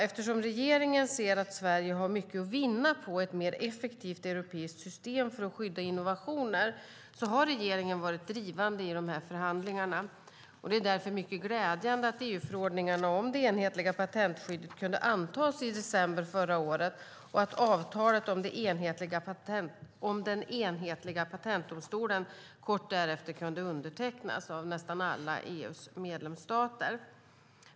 Eftersom regeringen ser att Sverige har mycket att vinna på ett mer effektivt europeiskt system för att skydda innovationer har regeringen varit drivande i dessa förhandlingar. Det är därför mycket glädjande att EU-förordningarna om det enhetliga patentskyddet kunde antas i december förra året och att avtalet om den enhetliga patentdomstolen kort därefter kunde undertecknas av nästan alla EU:s medlemsstater.